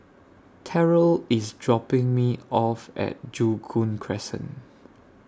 Terrell IS dropping Me off At Joo Koon Crescent